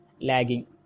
lagging